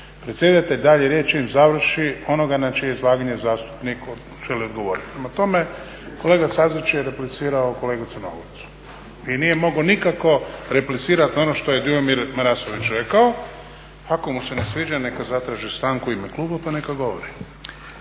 predsjedatelj daje riječ čim završi onoga na čije zastupnik želi odgovoriti." Prema tome, kolega Stazić je replicirao kolegi Crnogorcu i nije mogao nikako replicirati na ono što je Dujomir Marasović rekao. Ako mu se ne sviđa, neka zatraži stanku u ime kluba, pa neka govori.